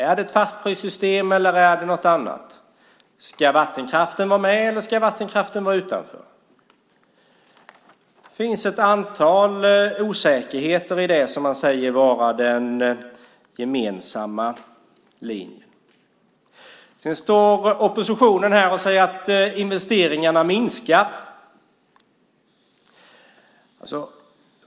Är det ett fastprissystem, eller är det någonting annat? Ska vattenkraften vara med, eller ska den vara utanför? Det finns ett antal osäkerheter i det som sägs vara den gemensamma linjen. Oppositionen säger också att investeringarna minskar.